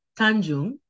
Tanjung